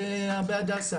בהדסה.